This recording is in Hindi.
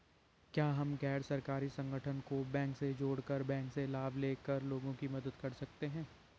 क्या हम गैर सरकारी संगठन को बैंक से जोड़ कर बैंक से लाभ ले कर लोगों की मदद कर सकते हैं?